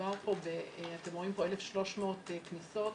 מדובר פה 1,300 כניסות